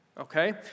Okay